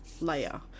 layer